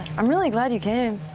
i'm really glad you came